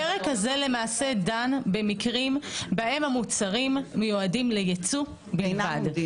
הפרק הזה למעשה דן במקרים בהם המוצרים מיועדים לייצוא בלבד.